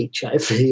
HIV